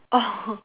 oh